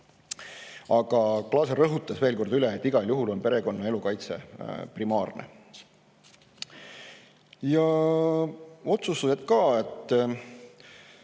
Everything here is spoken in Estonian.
Aga Glaase rõhutas veel kord üle, et igal juhul on perekonnaelu kaitse primaarne. Ja otsused ka.